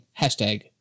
hashtag